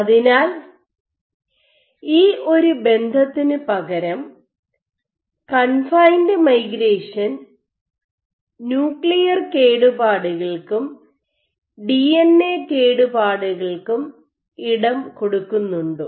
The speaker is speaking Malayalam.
അതിനാൽ ഈ ഒരു ബന്ധത്തിനു പകരം കൺഫൈൻഡ് മൈഗ്രേഷൻ ന്യൂക്ലിയർ കേടുപാടുകൾക്കും ഡിഎൻഎ കേടുപാടുകൾക്കും ഇടം കൊടുക്കുന്നുണ്ടോ